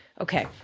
Okay